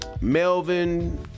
Melvin